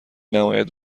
نباید